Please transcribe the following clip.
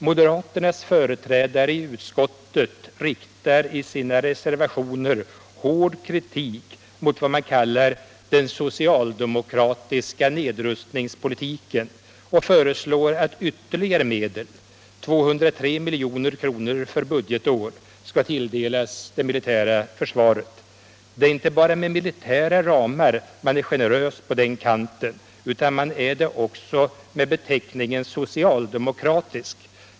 Moderaternas företrädare i utskottet riktar i sina reservationer hård kritik mot vad de kallar ”den socialdemokratiska nedrustningspolitiken” och föreslår att ytterligare medel, 203 milj.kr. för budgetår, skall tilldelas det militära försvaret. Det är inte bara med militära ramar man är generös på den kanten, utan man är det också med beteckningen ”socialdemokratisk”.